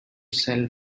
sell